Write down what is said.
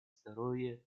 здоровье